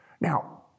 Now